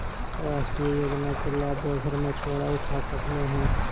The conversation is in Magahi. राष्ट्रीय योजना के लाभ बेघर मछुवारा उठा सकले हें